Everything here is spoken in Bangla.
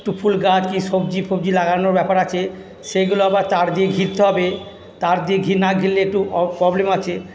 ফুল গাছ কি সবজি ফবজি লাগানোর ব্যাপার আছে সেগুলো আবার তার দিয়ে ঘিরতে হবে তার দিয়ে না ঘিরলে একটু প্রবলেম আছে